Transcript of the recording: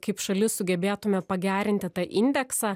kaip šalis sugebėtume pagerinti tą indeksą